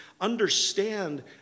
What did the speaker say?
understand